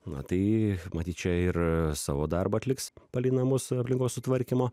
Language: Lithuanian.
na tai matyt čia ir savo darbą atliks palei namus aplinkos sutvarkymo